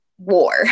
war